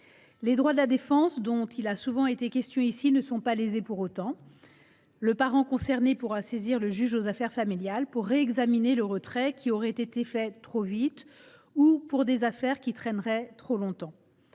Les droits de la défense, dont il a souvent été question ici, ne sont pas lésés pour autant : le parent concerné pourra saisir le juge aux affaires familiales pour réexaminer un retrait qui aurait été décidé trop vite, ou dans le cadre d’affaires qui traîneraient durant trop longtemps.